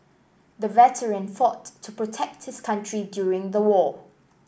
the veteran fought to protect his country during the war